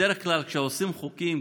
בדרך כלל כשעושים חוקים,